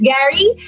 Gary